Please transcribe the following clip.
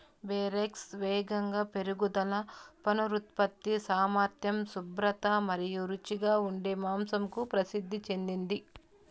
Berkshires వేగంగా పెరుగుదల, పునరుత్పత్తి సామర్థ్యం, శుభ్రత మరియు రుచిగా ఉండే మాంసంకు ప్రసిద్ధి చెందింది